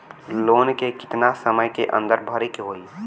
Loan के कितना समय के अंदर भरे के होई?